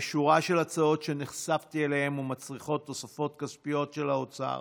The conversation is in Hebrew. יש שורה של הצעות שנחשפתי אליהן ומצריכות תוספות כספיות של האוצר,